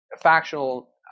factional